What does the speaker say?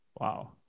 Wow